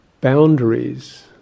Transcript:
boundaries